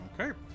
Okay